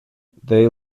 they